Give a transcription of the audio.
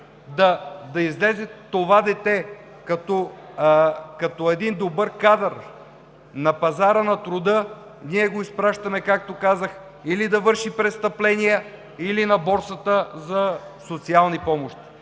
да излезе като един добър кадър на пазара на труда, ние го изпращаме, както казах, или да върши престъпления, или на борсата за социални помощи.